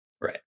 right